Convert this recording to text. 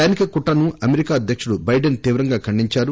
సైనిక కుట్రను అమెరికా అధ్యకుడు బైడెన్ తీవ్రంగా ఖండించారు